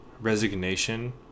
resignation